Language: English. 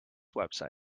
website